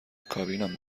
کابینم